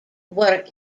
were